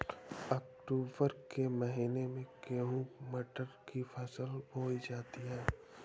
अक्टूबर के महीना में गेहूँ मटर की फसल बोई जाती है